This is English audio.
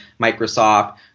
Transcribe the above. Microsoft